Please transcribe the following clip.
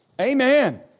Amen